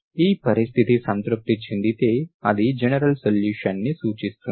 ఈ పరిస్థితి సంతృప్తి చెందితే అది జెనరల్ సొల్యూషన్ ని సూచిస్తుంది